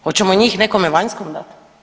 Hoćemo njih nekome vanjskome dati?